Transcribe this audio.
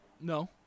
No